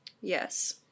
Yes